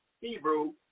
Hebrew